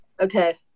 Okay